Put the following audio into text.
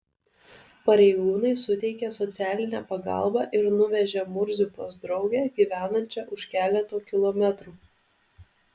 pareigūnai suteikė socialinę pagalbą ir nuvežė murzių pas draugę gyvenančią už keleto kilometrų